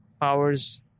powers